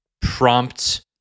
prompt